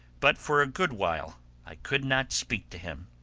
but for a good while i could not speak to him.